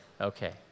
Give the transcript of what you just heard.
Okay